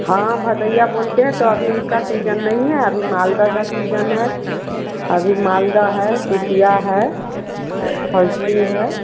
हाँ हाँ भदहिया बोलते हैं तो अभी उसका सीजन नहीं है अभी मालदा का सीजन है अभी मालदा है पिपया है फजली है